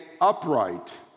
upright